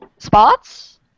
spots